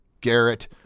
Garrett